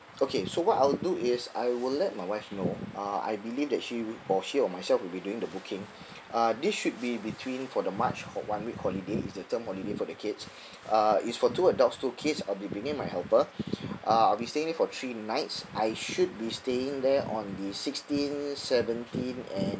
okay so what I'll do is I will let my wife know uh I believe that she will she or myself will be doing the booking uh this should be between for the march for one week holiday is the term holiday for the kids uh is for two adults two kids I'll be bringing my helper uh I'll be staying there for three nights I should be staying there on the sixteen seventeen and